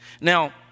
Now